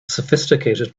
sophisticated